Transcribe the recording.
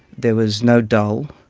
there was no dole,